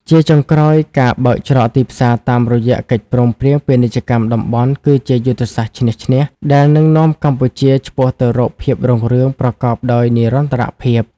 ជាចុងក្រោយ ការបើកច្រកទីផ្សារតាមរយៈកិច្ចព្រមព្រៀងពាណិជ្ជកម្មតំបន់ គឺជាយុទ្ធសាស្ត្រឈ្នះ-ឈ្នះ ដែលនឹងនាំកម្ពុជាឆ្ពោះទៅរកភាពរុងរឿងប្រកបដោយនិរន្តរភាព។